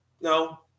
No